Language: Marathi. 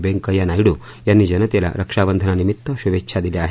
वैंकय्या नायडू यांनी जनतेला रक्षाबंधनानिमित्त शुभेच्छा दिल्या आहेत